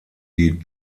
die